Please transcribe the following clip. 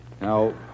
Now